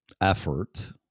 effort